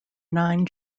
nine